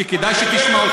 שכדאי שתשמע אותם.